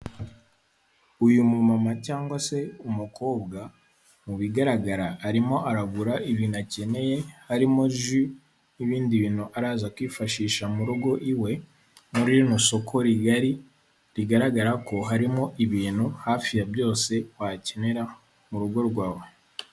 Uyu mu mama cyangwa se umukobwa mu bigaragara arimo aragura ibintu akeneye, harimo ji n'ibindi bintu araza kwifashisha mu rugo iwe muri rino soko rigaragara ko harimo ibintu hafi ya byose wakenera mu rugo rwawe.